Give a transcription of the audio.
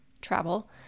travel